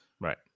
Right